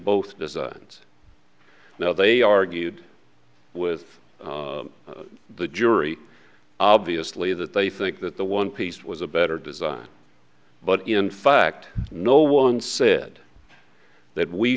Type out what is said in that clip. both ends now they argued with the jury obviously that they think that the one piece was a better design but in fact no one said that we